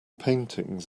paintings